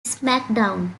smackdown